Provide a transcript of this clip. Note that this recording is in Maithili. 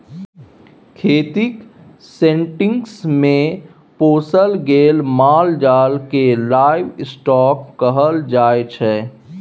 खेतीक सेटिंग्स मे पोसल गेल माल जाल केँ लाइव स्टाँक कहल जाइ छै